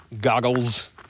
goggles